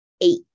eight